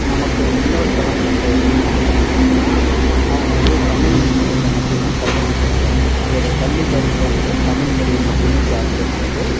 நமக்கு முன்னோர் தலைமுறைகளை எடுத்துகிட்டோம் அப்படினு பார்த்திங்கன்னா அவங்க வந்து தமிழ் மொழியில் மட்டும்தான் கல்வியை பயின்றார்கள் அவர்களுடைய பள்ளி படிப்பானது தமிழ் மொழியை மட்டுமே சார்ந்து இருந்தது